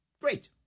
Great